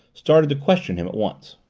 started to question him at once.